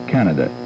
Canada